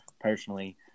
personally